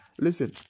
Listen